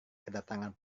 kedatangan